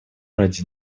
ради